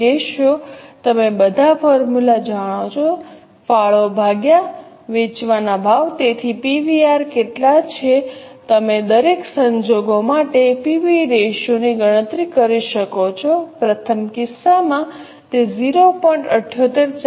PV ratio તમે બધા formula જાણો છો ફાળો ભાગ્યા વેચવાના ભાવ તેથી પીવીઆર કેટલા છે તમે દરેક સંજોગો માટે પીવી રેશિયોની ગણતરી કરી શકો છો પ્રથમ કિસ્સામાં તે 0